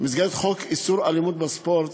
איסור אלימות בספורט